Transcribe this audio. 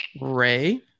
Ray